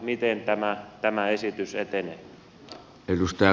miten tämä esitys etenee